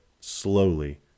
slowly